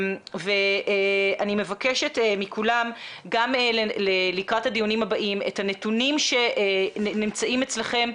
אני מבקשת מכולם גם לקראת הדיונים הבאים את הנתונים שנמצאים אצלכם,